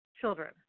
children